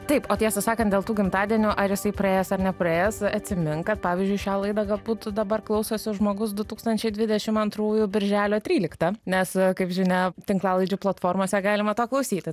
taip o tiesą sakant dėl tų gimtadienių ar jisai praėjęs ar nepraėjęs atsimink kad pavyzdžiui šią laidą galbūt dabar klausosi žmogus du rūkstančiai dvidešimt antrųjų birželio tryliktą nes kaip žinia tinklalaidžių platformose galima to klausyti